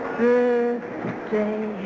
birthday